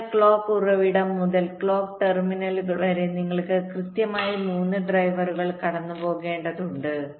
അതിനാൽ ക്ലോക്ക് ഉറവിടം മുതൽ ക്ലോക്ക് ടെർമിനലുകൾ വരെ നിങ്ങൾക്ക് കൃത്യമായി 3 ഡ്രൈവറുകൾ കടന്നുപോകേണ്ടതുണ്ട്